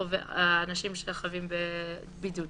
חובת בידוד